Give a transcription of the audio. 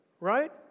Right